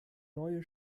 neue